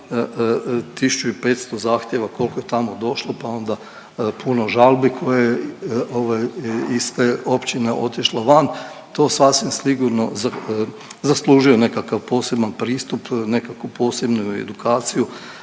1500 zahtjeva, koliko je tamo došlo pa onda puno žalbi koje, ovaj, iz te općine otišlo van, to sasvim sigurno zaslužuje nekakav poseban pristup, nekakvu posebnu edukaciju,